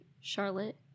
Charlotte